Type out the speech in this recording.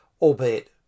albeit